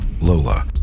lola